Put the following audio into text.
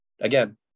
again